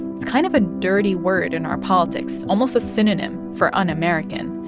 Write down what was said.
it's kind of a dirty word in our politics almost a synonym for un-american.